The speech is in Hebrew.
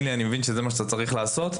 לי שאני מבין שזה מה שאתה צריך לעשות.